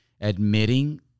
admitting